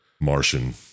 Martian